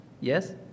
Yes